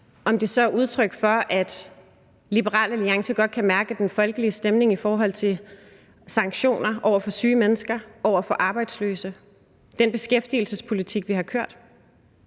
er det måske udtryk for, at Liberal Alliance godt kan mærke den folkelige stemning i forhold til sanktioner over for syge mennesker, over for arbejdsløse, i forhold til den beskæftigelsespolitik, vi har kørt,